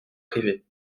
privés